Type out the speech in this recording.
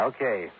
Okay